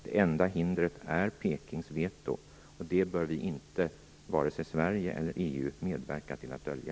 Det enda hindret är Pekings veto, och detta bör inte vare sig Sverige eller EU medverka till att dölja.